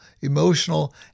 emotional